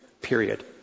Period